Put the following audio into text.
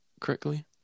correctly